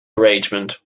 arrangement